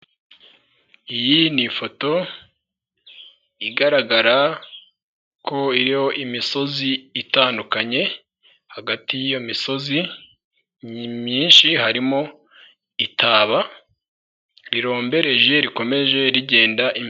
Iyi ni ifoto igaragara ko iyo imisozi itandukanye, hagati y'iyo misozi, ni myinshi harimo itaba rirombereje rikomeje rigenda imbere.